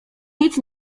nic